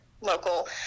local